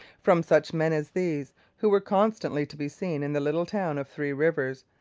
from such men as these, who were constantly to be seen in the little town of three rivers,